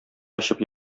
ачып